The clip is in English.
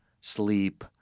sleep